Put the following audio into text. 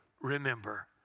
Remember